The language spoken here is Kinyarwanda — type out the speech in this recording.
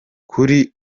kuri